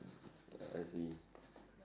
I see